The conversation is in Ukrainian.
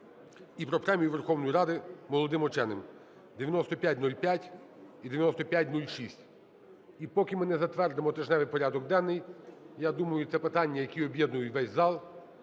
і про Премію Верховної Ради молодим ученим (9505 і 9506). І поки ми не затвердимо тижневий порядок денний, я думаю, ці питання, які об'єднують весь зал,